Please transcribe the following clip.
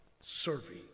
serving